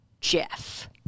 Jeff